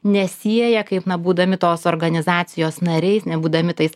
nesieja kaip na būdami tos organizacijos nariais nebūdami tais